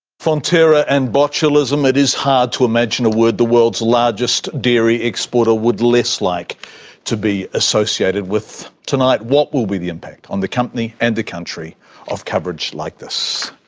fonterra and botulism. it is hard to imagine a word the world's largest dairy exporter would less like to be associated with. tonight, what will be the impact on the company and the country of coverage like this?